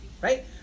Right